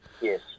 Yes